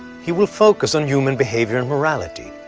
he will focus on human behavior and morality,